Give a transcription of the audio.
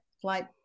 flight